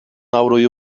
avroyu